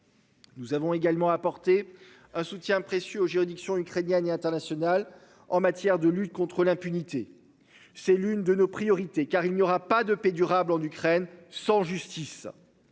Nous avons également apporter un soutien précieux aux juridictions ukrainienne et internationales en matière de lutte contre l'impunité. C'est l'une de nos priorités car il n'y aura pas de paix durable en Ukraine sans justice.